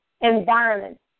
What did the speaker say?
environment